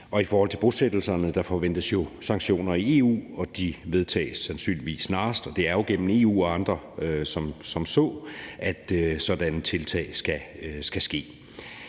I forhold til bosættelserne forventes der jo sanktioner i EU, og de vedtages sandsynligvis snarest. Det er jo gennem EU og andre, at sådanne tiltag skal ske.